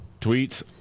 tweets